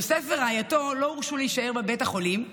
יוסף ורעייתו לא הורשו להישאר בבית החולים בלילה,